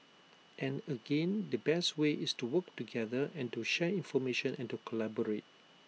and again the best way is to work together and to share information and to collaborate